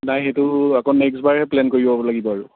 নাই সেইটো আকৌ নেক্সটবাৰহে প্লেন কৰিব লাগিব আৰু